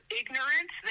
ignorance